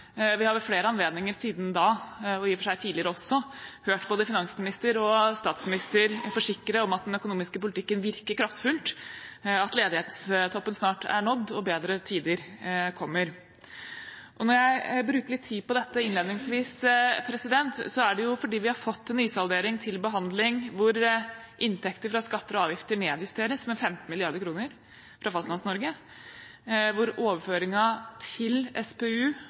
Vi har ved flere anledninger siden da – og i og for seg tidligere også – hørt både finansminister og statsminister forsikre om at den økonomiske politikken virker kraftfullt, at ledighetstoppen snart er nådd, og at bedre tider kommer. Når jeg bruker litt tid på dette innledningsvis, er det fordi vi har fått en nysaldering til behandling hvor inntekter fra skatter og avgifter nedjusteres med 15 mrd. kr for Fastlands-Norge, hvor overføringen til Statens pensjonsfond utland, SPU,